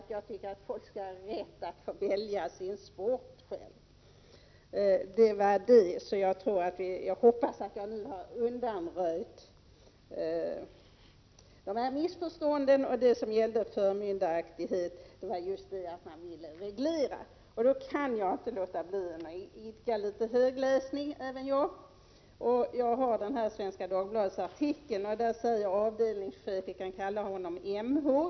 Jag tycker att folk skall ha rätt att själva välja sin sport. Jag hoppas att jag nu har undanröjt missförstånden. När jag talade om förmyndaraktighet vände jag mig mot att man vill reglera. Jag kan inte låta bli att idka litet högläsning jag också. Jag har med mig artikeln i Svenska Dagbladet. Där säger en avdelningschef vid riksskatteverket — vi kan kalla honom M. H.